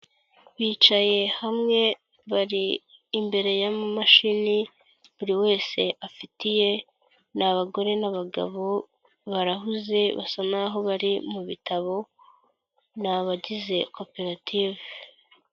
Bicaye hamwe bari imbere y'amamashini, buri wese afiti iye, ni abagore n'abagabo, barahuze basa naho bari mu bitabo, ni abagize koperative.